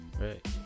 Right